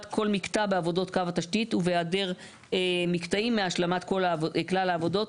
כל מקטע בעבודות קו התשתית ובהיעדר מקטעים מהשלמת כלל העבודות.".